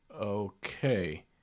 okay